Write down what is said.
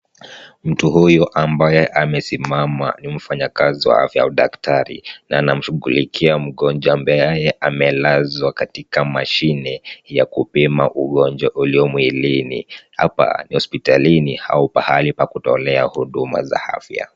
Mtu huyu ambaye amesimama ni mfanyakazi wa afya au daktari na anamshughulikia mgonjwa ambaye amelazwa katika mashine ya kupima ugonjwa ulio mwilini. Hapa ni hospitalini au pahali pa kutolea huduma za afya.